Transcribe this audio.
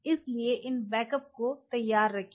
इसलिए इन बैकअप को तैयार रखें